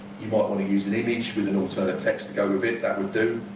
you might want to use an image with and alternate text to go with it. that would do.